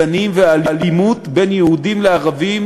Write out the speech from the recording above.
מדנים ואלימות בין יהודים לערבים,